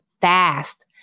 fast